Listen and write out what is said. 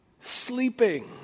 sleeping